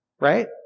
right